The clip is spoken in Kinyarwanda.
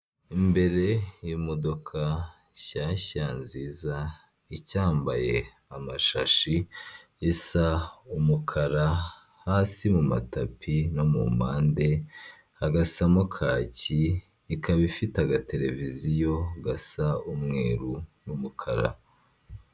Imbere y'imodoka shyashya nziza icyambaye amashashi isa umukara, hasi mu matapi no mu mpande hagasamo kaki, ikaba ifite agateleviziyo gasa umweru n'umukara.